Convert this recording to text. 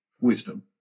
wisdom